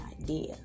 idea